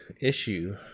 issue